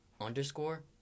underscore